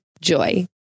Joy